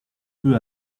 peu